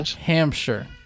Hampshire